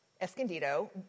Escondido